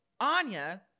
Anya